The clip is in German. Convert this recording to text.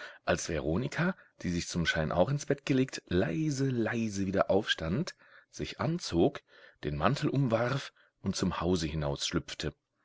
als veronika die sich zum schein auch ins bett gelegt leise leise wieder aufstand sich anzog den mantel umwarf und zum hause